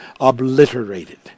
obliterated